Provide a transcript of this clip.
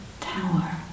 tower